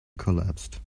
collapsed